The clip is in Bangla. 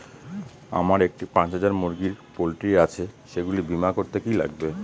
আমার একটি পাঁচ হাজার মুরগির পোলট্রি আছে সেগুলি বীমা করতে কি লাগবে?